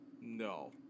no